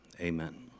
Amen